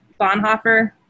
Bonhoeffer